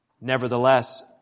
Nevertheless